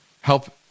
help